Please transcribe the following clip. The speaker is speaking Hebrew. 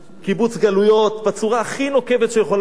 קיבוץ גלויות, בצורה הכי נוקבת שיכולה להיות.